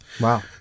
Wow